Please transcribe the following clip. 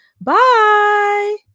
Bye